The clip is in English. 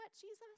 Jesus